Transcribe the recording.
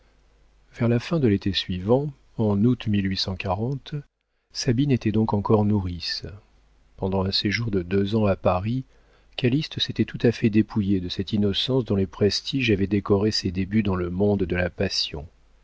vers la fin de l'été suivant en août sabine était donc encore nourrice pendant un séjour de deux ans à paris calyste s'était tout à fait dépouillé de cette innocence dont les prestiges avaient décoré ses débuts dans le monde de la passion